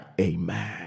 Amen